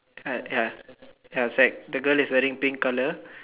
like ya ya it's like the girl is wearing pink color